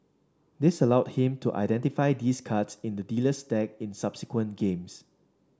this allowed him to identify these cards in the dealer's deck in subsequent games